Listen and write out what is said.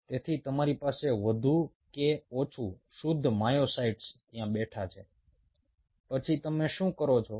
તેથી તમારી પાસે વધુ કે ઓછું શુદ્ધ માયોસાઇટ્સ ત્યાં બેઠા છે પછી તમે શું કરો છો